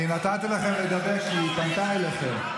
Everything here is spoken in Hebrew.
אני נתתי לכם לדבר כי היא פנתה אליכם.